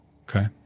Okay